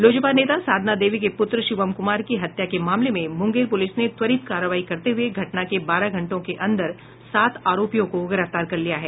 लोजपा नेता साधना देवी के पुत्र शिवम कुमार की हत्या के मामले में मुंगेर पुलिस ने त्वरित काररवाई करते हुए घटना के बारह घंटों के अन्दर सात आरोपियों को गिरफ्तार कर लिया है